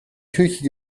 küche